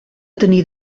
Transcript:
tenir